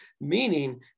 meaning